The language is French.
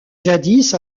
jadis